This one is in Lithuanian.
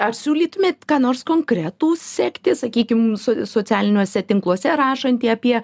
ar siūlytumėt ką nors konkretų sekti sakykim so socialiniuose tinkluose rašantį apie